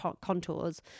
contours